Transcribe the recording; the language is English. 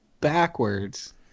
backwards